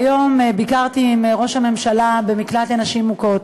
היום ביקרתי עם ראש הממשלה במקלט לנשים מוכות.